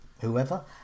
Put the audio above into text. whoever